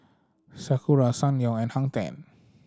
Sakura Ssangyong and Hang Ten